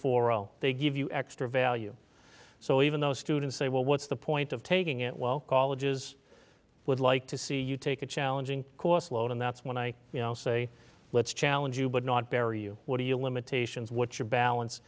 four zero they give you extra value so even though students say well what's the point of taking it well colleges would like to see you take a challenging course load and that's when i say let's challenge you but not bury you what are your limitations what your balance